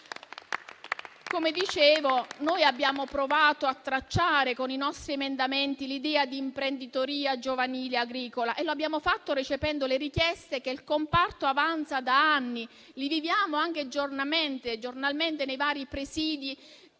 Come dicevo, noi abbiamo provato a tracciare, con i nostri emendamenti, l'idea di imprenditoria giovanile agricola e lo abbiamo fatto recependo le richieste che il comparto avanza da anni. Le viviamo anche giornalmente, nei vari presidi,